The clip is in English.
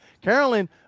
Carolyn